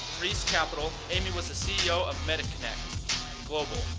reescapital, amy was the ceo of mediconnect global,